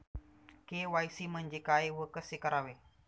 KYC म्हणजे काय व कसे करावे?